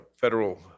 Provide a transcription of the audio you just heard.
Federal